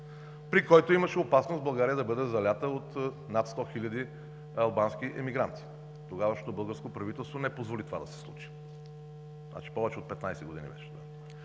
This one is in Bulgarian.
при който имаше опасност България да бъде залята от над 100 хиляди албански емигранти. Тогавашното българско правителство не позволи това да се случи. Значи, повече от 15 години беше